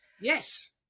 Yes